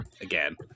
again